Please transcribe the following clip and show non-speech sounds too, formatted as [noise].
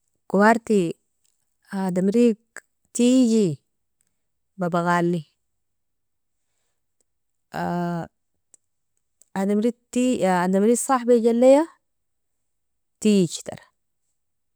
Kawarti adamirig tiji, babagali [hesitation] ademirig tij ademire sahibijaleya tiji tar.